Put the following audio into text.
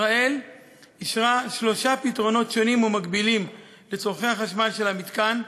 ישראל אישרה שלושה פתרונות שונים ומקבילים לצורכי החשמל של המתקן.